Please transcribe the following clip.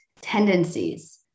tendencies